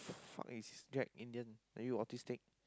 the fuck is Jack Indian are you autistic